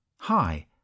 Hi